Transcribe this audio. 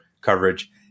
coverage